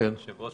יושב-ראש